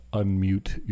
unmute